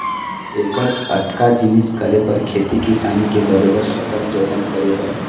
ऐकर अतका जिनिस करे बर खेती किसानी के बरोबर सकल जतन करे बर